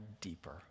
deeper